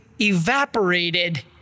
evaporated